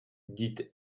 dit